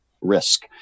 risk